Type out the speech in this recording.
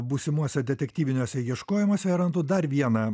būsimuose detektyviniuose ieškojimuose randu dar vieną